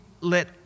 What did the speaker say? let